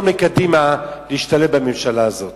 מקום לקדימה להשתלב בממשלה הזאת.